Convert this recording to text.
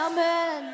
Amen